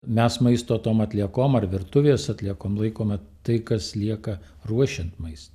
mes maisto tom atliekom ar virtuvės atliekom laikome tai kas lieka ruošiant maistą